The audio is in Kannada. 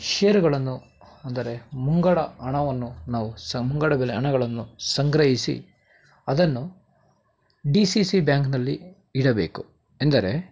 ಷೇರುಗಳನ್ನು ಅಂದರೆ ಮುಂಗಡ ಹಣವನ್ನು ನಾವು ಸಂಗಡಗಳ ಹಣಗಳನ್ನು ಸಂಗ್ರಹಿಸಿ ಅದನ್ನು ಡಿ ಸಿ ಸಿ ಬ್ಯಾಂಕ್ನಲ್ಲಿ ಇಡಬೇಕು ಎಂದರೆ